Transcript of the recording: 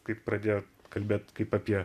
kaip pradėjot kalbėt kaip apie